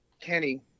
Kenny